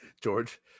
george